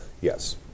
Yes